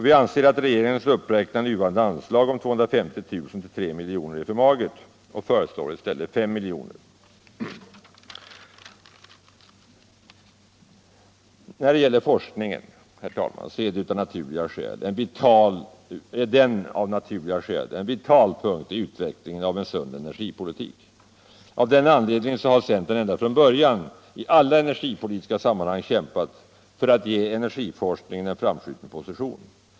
Vi anser att regeringens uppräknande av nuvarande anslag med 250 000 kr. till 3 milj.kr. är för magert och föreslår i stället 5 milj.kr. Forskningen är, herr talman, av naturliga skäl en vital punkt i utvecklingen av en sund energipolitik. Av den anledningen har centern ända från början i alla energipolitiska sammanhang kämpat för att ge energiforskningen en framskjuten position.